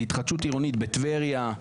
להתחדשות עירונית בטבריה.